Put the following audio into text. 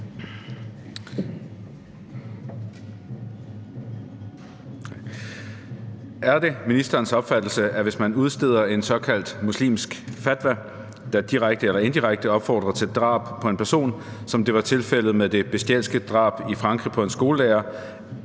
Er det ministerens opfattelse, at hvis man udsteder en såkaldt muslimsk »fatwa«, der direkte eller indirekte opfordrer til drab, som det var tilfældet med det bestialske drab i Frankrig på en skolelærer,